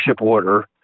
order